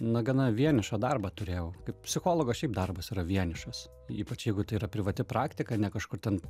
na gana vienišą darbą turėjau kaip psichologas šiaip darbas yra vienišas ypač jeigu tai yra privati praktika ne kažkur ten